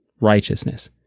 righteousness